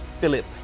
Philip